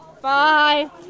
Bye